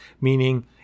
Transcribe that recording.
meaning